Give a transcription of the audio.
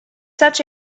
such